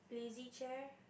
lazy chair